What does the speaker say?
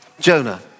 Jonah